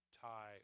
tie